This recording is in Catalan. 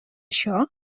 això